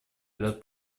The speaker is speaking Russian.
ряд